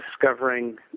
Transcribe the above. discovering